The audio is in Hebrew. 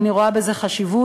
אני רואה בזה חשיבות,